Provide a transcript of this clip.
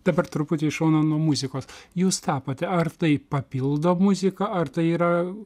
dabar truputį į šoną nuo muzikos jūs tapote ar tai papildo muziką ar tai yra